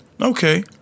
Okay